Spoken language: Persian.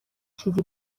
چیزی